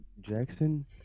Jackson